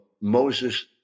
Moses